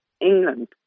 England